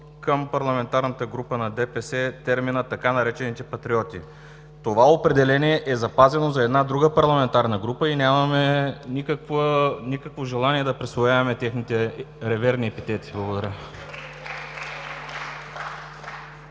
към Парламентарната група на ДПС. Това определение е запазено за една друга парламентарна група и нямаме никакво желание да присвояваме техните неверни епитети. Благодаря